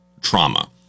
trauma